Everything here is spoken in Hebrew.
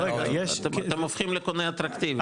ברור, אתם הופכים לקונה אטרקטיבי.